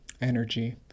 energy